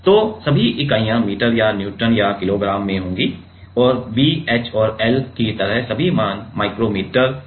तो सभी इकाइयाँ मीटर या न्यूटन या किलो में होंगी और b h और l की तरह सभी मान माइक्रो मीटर में दिए गए हैं